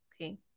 Okay